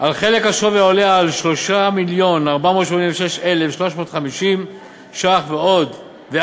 על חלק השווי העולה על 3 מיליון ו-486,350 ש"ח ועד